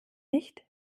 nicht